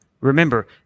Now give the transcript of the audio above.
Remember